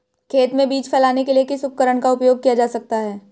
खेत में बीज फैलाने के लिए किस उपकरण का उपयोग किया जा सकता है?